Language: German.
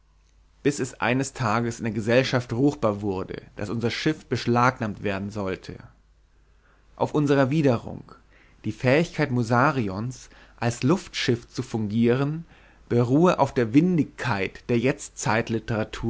bis es eines tages in der gesellschaft ruchbar wurde daß unser schiff beschlagnahmt werden sollte auf unsere erwiderung die fähigkeit musarions als luftschiff zu fungieren beruhe auf der windigkeit der